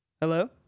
Hello